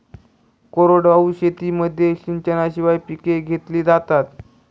कोरडवाहू शेतीमध्ये सिंचनाशिवाय पिके घेतली जातात